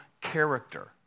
character